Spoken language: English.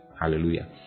Hallelujah